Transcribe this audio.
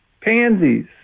pansies